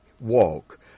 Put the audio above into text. walk